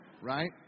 Right